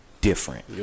different